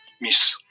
Miss